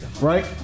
right